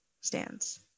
stands